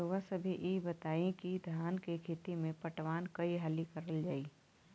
रउवा सभे इ बताईं की धान के खेती में पटवान कई हाली करल जाई?